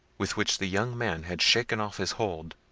with which the young man had shaken off his hold,